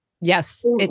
Yes